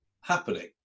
happening